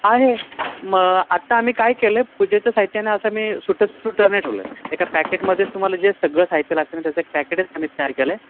आहे मग आत्ता आम्ही काय केलं आहे पूजेचं साहित्यानं असं मी सुटं सुटं नाही ठेवलं एका पॅकेटमध्येच तुम्हाला जे सगळं साहित्य लागतं ना त्याच एक पॅकेटच आम्ही तयार केलं आहे